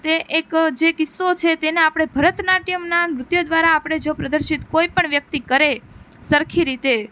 તે એક જે કિસ્સો છે તેને આપડે ભરતનાટ્યમના નૃત્ય દ્વારા આપણે જો પ્રદર્શિત કોઈ પણ વ્યક્તિ કરે સરખી રીતે